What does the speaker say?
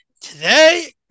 Today